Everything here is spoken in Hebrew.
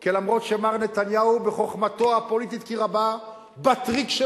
כי למרות שמר נתניהו בחוכמתו הפוליטית כי רבה בטריק של